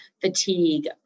fatigue